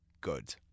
good